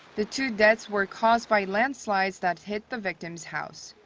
the two deaths were caused by landslides that hit the victim's house.